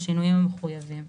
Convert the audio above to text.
בשינויים המחויבים."